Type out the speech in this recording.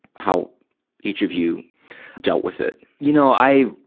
how each of you dealt with it? you know, i,